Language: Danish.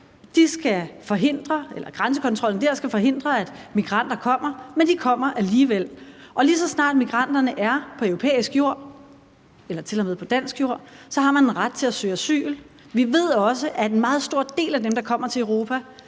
grænsekontrollen dér skal forhindre, at migranter kommer, men de kommer alligevel. Og lige så snart migranterne er på europæisk jord eller til og med på dansk jord, har de ret til at søge asyl. Vi ved også, at en meget stor del af dem, der kommer til Europa,